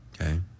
Okay